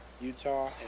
Utah